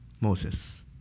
Moses